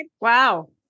wow